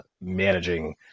managing